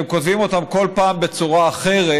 שהם כותבים אותן כל פעם בצורה אחרת,